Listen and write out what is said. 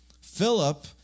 Philip